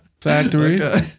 Factory